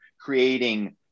creating